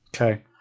Okay